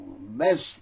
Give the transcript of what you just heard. best